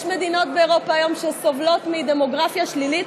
יש היום מדינות באירופה שסובלות מדמוגרפיה שלילית,